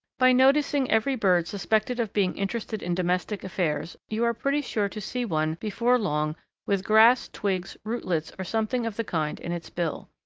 by noticing every bird suspected of being interested in domestic affairs, you are pretty sure to see one before long with grass, twigs, rootlets, or something of the kind in its bill.